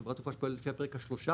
חברה שפועלת על פי הפרק ה-13,